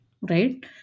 right